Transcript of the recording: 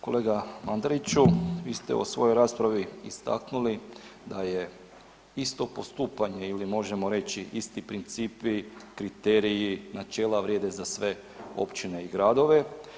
Kolega Mandariću, vi ste u ovoj svojoj raspravi istaknuli da je isto postupanje ili možemo reći isti principi, kriteriji, načela vrijede za sve općine i gradove.